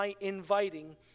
inviting